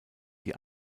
die